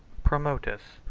promotus,